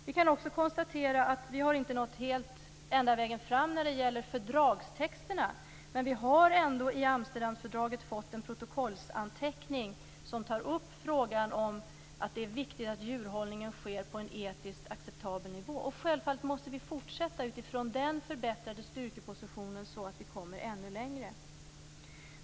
Vi kan också konstatera att vi inte nått helt ända vägen fram när det gäller fördragstexterna, men vi har ändå i Amsterdamfördraget fått en protokollsanteckning som tar upp frågan om att det är viktigt att djurhållningen sker på en etiskt acceptabel nivå. Självfallet måste vi fortsätta utifrån den förbättrade styrkepositionen för att komma ännu längre.